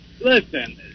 Listen